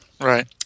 Right